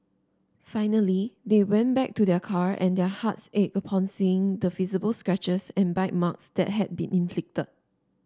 finally they went back to their car and their hearts ached upon seeing the visible scratches and bite marks that had been inflicted